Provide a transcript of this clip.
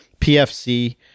PFC